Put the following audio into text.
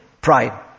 Pride